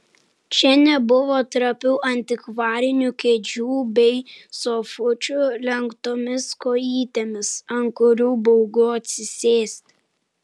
čia nebuvo trapių antikvarinių kėdžių bei sofučių lenktomis kojytėmis ant kurių baugu atsisėsti